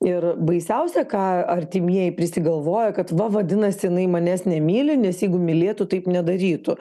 ir baisiausia ką artimieji prisigalvoja kad va vadinasi jinai manęs nemyli nes jeigu mylėtų taip nedarytų